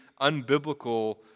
unbiblical